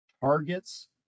targets